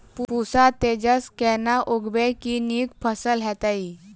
पूसा तेजस केना उगैबे की नीक फसल हेतइ?